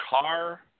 car